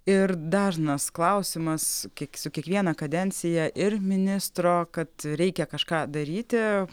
ir dažnas klausimas kiek su kiekviena kadencija ir ministro kad reikia kažką daryti